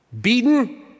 Beaten